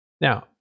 Now